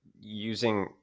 using